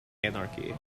anarchy